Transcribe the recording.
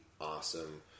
awesome